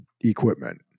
equipment